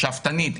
שאפתנית,